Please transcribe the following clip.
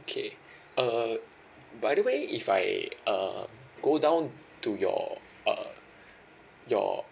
okay uh by the way if I uh go down to your uh your